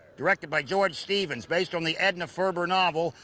directed by george stevens, based on the edna ferber novel,